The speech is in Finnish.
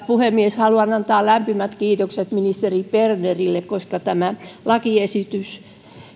puhemies haluan antaa lämpimät kiitokset ministeri bernerille koska lakiesitys helpottaa